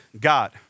God